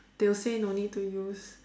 they will say no need to use